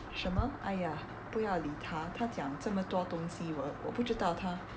什么 !aiya! 不要理他他讲这么多东西我不知道他